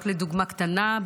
רק דוגמה קטנה.